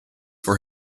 for